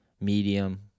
medium